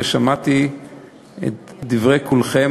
ושמעתי את דברי כולכם.